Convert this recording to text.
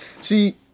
See